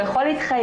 הוא יכול להתחייב.